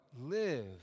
live